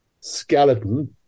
skeleton